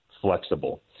flexible